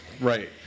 Right